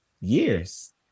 years